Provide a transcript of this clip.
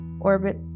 orbit